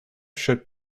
should